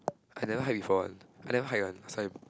I never hike before [one] I never hike [one] last time